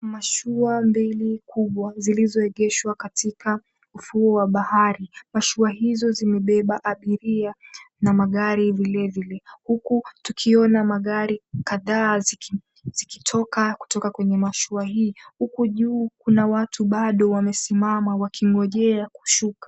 Mashua mbili kubwa zilizoegeshwa katika ufuo wa bahari. Mashua hizo zimebeba abiria na magari vilevile huku tukiona magari kadha zikitoka kwenye mashua hii. Huku juu kuna watu bado wamesimama wakingojea kushuka.